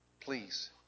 Please